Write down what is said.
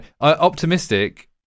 Optimistic